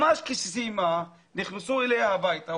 ממש כשסיימה נכנסו אליה הביתה,